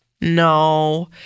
No